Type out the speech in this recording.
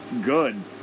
Good